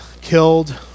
killed